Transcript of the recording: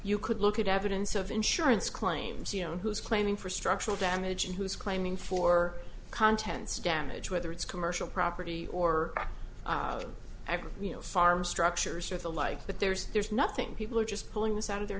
you could look at evidence of insurance claims you know who's claiming for structural damage and who's claiming for contents damage whether it's commercial property or ever you know farm structures or the like but there's there's nothing people are just pulling this out of their